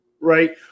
right